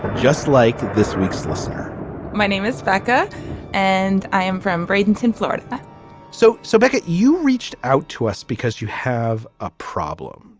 just like this week's listener my name is becca and i am from bradenton florida so. so beckett you reached out to us because you have a problem.